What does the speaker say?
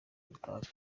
dutanga